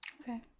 Okay